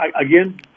again